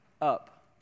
up